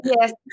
yes